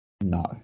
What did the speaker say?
no